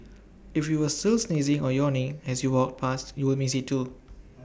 if you were still sneezing or yawning as you walked past you will miss IT too